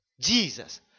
Jesus